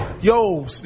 Yo